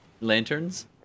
lanterns